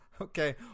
Okay